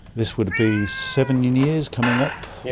this would be seven years coming up.